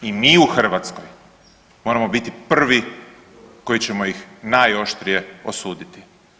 I mi u Hrvatskoj moramo biti prvi koji ćemo ih najoštrije osuditi.